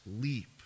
leap